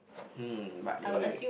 hmm but they